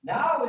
Now